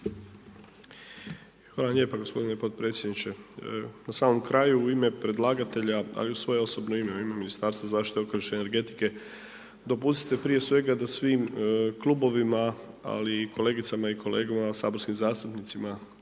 Hvala lijepa gospodine podpredsjedniče, na samom kraju u ime predlagatelja a i u svoje osobno ime u ime Ministarstva zaštite okoliša i energetike, dopustite prije svega da svim klubovima ali i kolegicama i kolegama saborskim zastupnicima